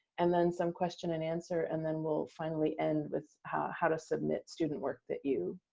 and then some question and answer and then we'll finally end with how how to submit student work that you